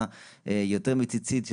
יותר מציצית.